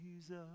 Jesus